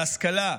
להשכלה,